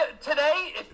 today